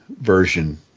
version